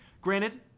Granted